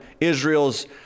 Israel's